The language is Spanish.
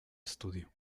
estudio